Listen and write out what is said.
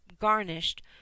garnished